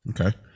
Okay